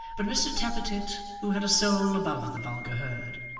but mr tappertit, who had a soul above the vulgar herd,